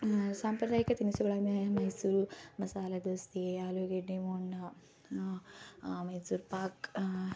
ಸಾಂಪ್ರದಾಯಿಕ ತಿನಿಸುಗಳೆಂದರೆ ಮೈಸೂರು ಮಸಾಲ ದೋಸೆ ಆಲೂಗಡ್ಡೆ ಬೋಂಡ ಮೈಸೂರು ಪಾಕ್